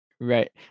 right